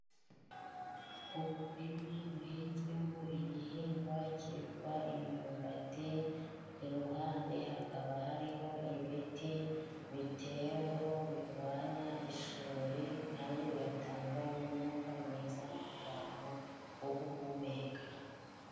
Umurima uhinzwemo igihingwa cyitwa imyumbati ,iruhande hakaba hariho ibiti biteweho birwanya isuri kandi bigatanga n'umwuka mwiza ku bantu wo guhumeka.